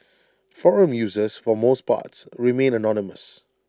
forum users for most parts remain anonymous